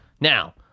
Now